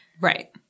Right